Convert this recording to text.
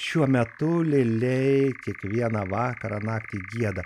šiuo metu lėliai kiekvieną vakarą naktį gieda